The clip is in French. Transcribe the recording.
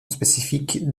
spécifique